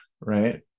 right